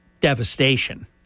devastation